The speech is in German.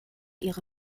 ihre